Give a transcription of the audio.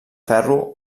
ferro